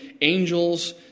angels